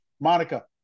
Monica